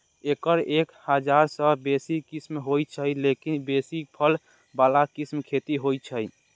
एकर एक हजार सं बेसी किस्म होइ छै, लेकिन बेसी फल बला किस्मक खेती होइ छै